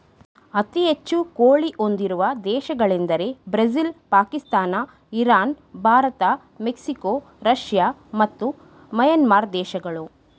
ಅತಿ ಹೆಚ್ಚು ಕೋಳಿ ಹೊಂದಿರುವ ದೇಶಗಳೆಂದರೆ Brazil Pakistan Iran Bharat Mexico Russia ಮತ್ತು ಮ್ಯಾನ್ಮಾರ್ ದೇಶಗಳು